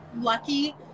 lucky